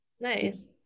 Nice